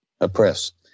oppressed